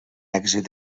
èxit